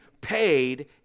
paid